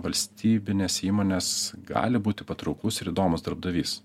valstybinės įmonės gali būti patrauklus ir įdomus darbdavys